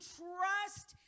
trust